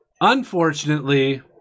Unfortunately